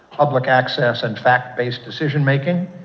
public access and fact-based decision-making.